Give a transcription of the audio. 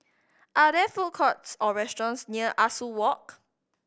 are there food courts or restaurants near Ah Soo Walk